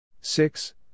Six